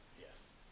Yes